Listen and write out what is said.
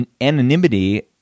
anonymity